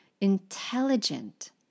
Intelligent